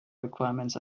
requirements